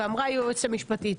ואמרה היועצת המשפטית,